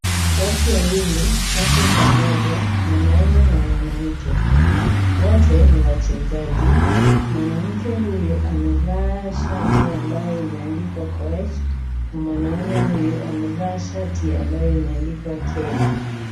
Watu wawili wako pamoja, mwanaume na mwanamke. Wote ni wachezaji. Mwanamke huyu amevaa shati ambayo imeandikwa 'KOECH' na mwanaume huyu amevaa shati ambayo imeandikwa 'Kenya'.